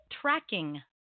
tracking